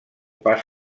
pas